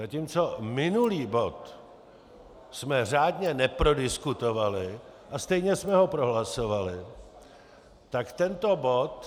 Zatímco minulý bod jsme řádně neprodiskutovali, a stejně jsme ho prohlasovali, tak tento bod...